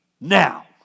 now